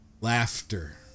laughter